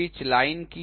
pitch line কি